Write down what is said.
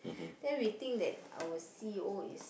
then we think that our C_E_O is